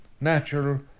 Natural